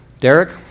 Derek